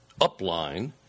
upline